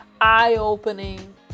eye-opening